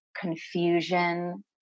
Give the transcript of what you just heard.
confusion